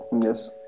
Yes